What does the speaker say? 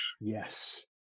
Yes